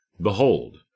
behold